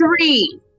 three